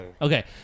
Okay